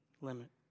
limit